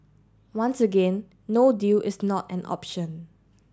once again no deal is not an option